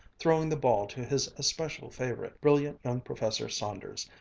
throwing the ball to his especial favorite, brilliant young professor saunders,